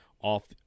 off